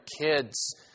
kids